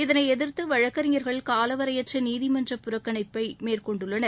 இதனை எதிர்த்து வழக்கறிஞர்கள் காலவரையற்ற நீதிமன்ற புறக்கணிப்பை மேற்கொண்டுள்ளனர்